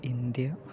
India